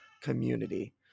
community